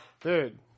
Dude